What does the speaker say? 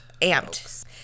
Amped